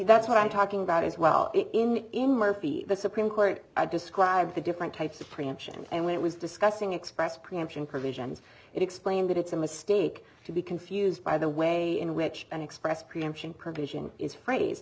that's what i'm talking about as well in in murphy the supreme court i described the different types of preemption and when it was discussing express preemption provisions it explained that it's a mistake to be confused by the way in which an express preemption provision is phrase